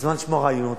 אני אשמח לשמוע רעיונות,